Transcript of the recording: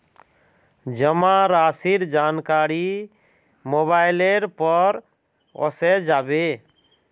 जमा राशिर जानकारी मोबाइलेर पर ओसे जाबे